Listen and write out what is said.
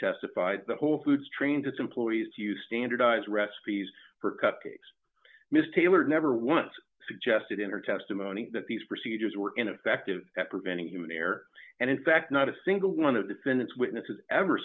testified the whole foods trains its employees to use standardized recipes for cupcakes miss taylor never once suggested in her testimony that these procedures were ineffective at preventing human error and in fact not a single one of the defendants witnesses ever